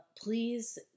please